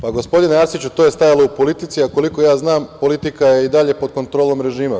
Pa, gospodine Arsiću, to je stajalo u „Politici“ a, koliko ja znam, „Politika“ je i dalje pod kontrolom režima.